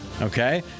Okay